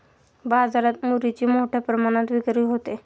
बाजारात मुरीची मोठ्या प्रमाणात विक्री होते